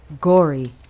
gory